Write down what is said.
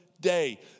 day